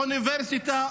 אוניברסיטה,